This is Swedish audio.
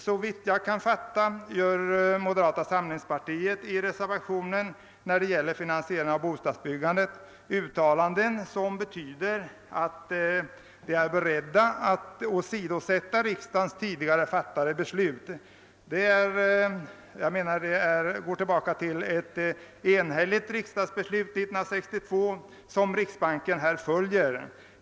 Såvitt jag kan förstå gör moderata samlingspartiet i sin reservation beträffande finansieringen av bostadsbyggandet uttalanden som innebär att det är berett att åsidosätta riksdagens tidigare fattade beslut. Riksbanken följer ett enhälligt riksdags beslut 1962.